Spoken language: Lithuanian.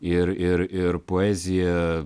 ir ir ir poezija